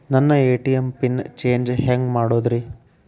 ನನ್ನ ATM PIN change ಹೆಂಗ್ ಮಾಡೋದ್ರಿ?